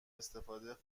استفاده